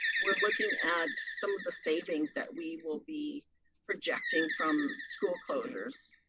we're looking at some of the savings that we will be projecting from school closures.